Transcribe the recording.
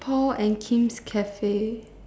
Paul and Kim's cafe